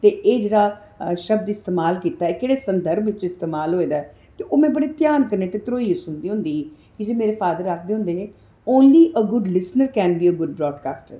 ते एह् जेह्ड़ा शब्द इस्तेमाल कीता ऐ केह्डे संदर्भ च इस्तेमाल होऐ दा ऐ ते में बड़े ध्यान कन्नै ते त्र्होइयै सुनदी होंदी ही कीजे मेरे फादर आखदे होंदे हे only good listener can be a good broadcaster